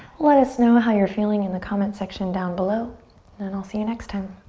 let us know how you're feeling in the comment section down below and i'll see you next time.